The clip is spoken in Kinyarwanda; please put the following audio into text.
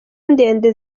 ndende